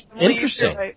Interesting